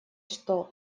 что